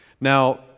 Now